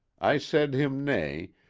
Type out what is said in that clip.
i said him nay,